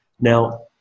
Now